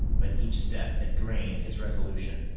but each step had drained his resolution,